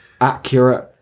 accurate